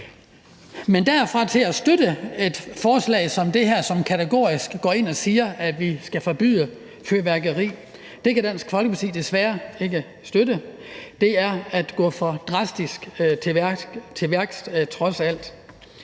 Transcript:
Men derfra og til at støtte et forslag som det her, som kategorisk går ind og siger, at vi skal forbyde fyrværkeri, kan Dansk Folkeparti desværre ikke støtte. Det er at gå for drastisk til værks trods alt.